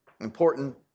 important